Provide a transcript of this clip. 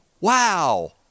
Wow